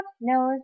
nose